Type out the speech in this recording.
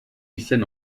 izen